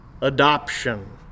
Adoption